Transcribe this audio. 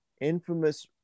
infamous